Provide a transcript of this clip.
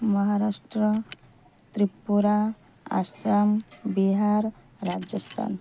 Maharashtra Tripura Assam Bihar Rajasthan